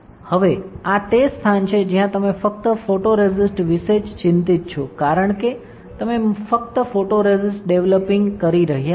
હવે આ તે સ્થાન છે જ્યાં તમે ફક્ત ફોટોરેસિસ્ટ વિશે જ ચિંતિત છો કારણ કે તમે ફક્ત ફોટોરેસિસ્ટ ડેવલોપીંગકરી રહ્યા છો